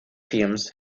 films